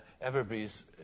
Everybody's